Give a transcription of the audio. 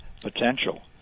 potential